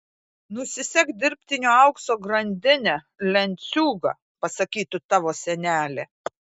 nusisek dirbtinio aukso grandinę lenciūgą pasakytų tavo senelė